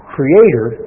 Creator